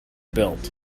built